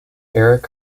eric